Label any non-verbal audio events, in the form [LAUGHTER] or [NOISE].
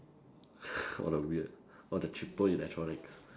[LAUGHS] what a weird all the cheaper electronics